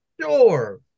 sure